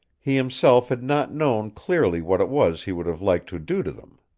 he himself had not known clearly what it was he would have liked to do to them.